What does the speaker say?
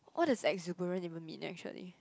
what does exuberant even mean actually